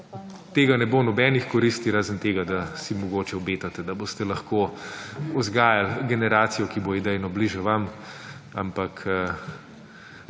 tega ne bo nobenih koristi razen tega, da si mogoče obetate, da boste lahko vzgajali generacijo, ki bo idejno bližje vam, ampak